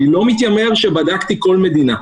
ואני לא מתיימר לומר שבדקתי כל מדינה.